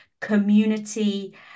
community